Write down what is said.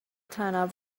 تنوع